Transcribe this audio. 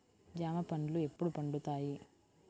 జామ పండ్లు ఎప్పుడు పండుతాయి?